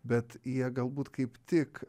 bet jie galbūt kaip tik